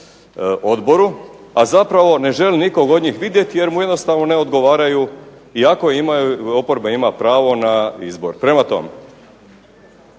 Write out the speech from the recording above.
odboru, a zapravo ne želi nikog od njih vidjeti jer mu jednostavno ne odgovaraju iako imaju i oporba ima pravo na izbor. Prema tome,